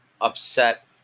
upset